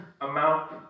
amount